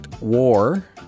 War